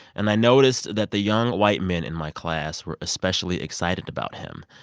and i noticed that the young white men in my class were especially excited about him.